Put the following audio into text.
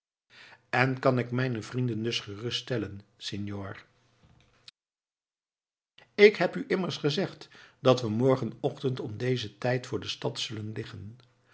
en kan ik mijne vrienden dus gerust stellen senor ik heb u immers gezegd dat we morgenochtend om dezen tijd voor de stad zullen liggen